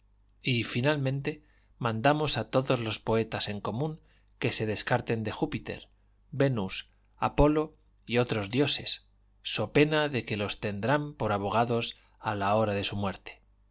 y finalmente mandamos a todos los poetas en común que se descarten de júpiter venus apolo y otros dioses so pena de que los tendrán por abogados a la hora de su muerte